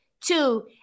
Two